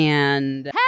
and-